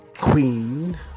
queen